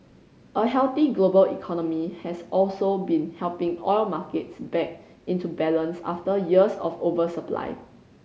a healthy global economy has also been helping oil markets back into balance after years of oversupply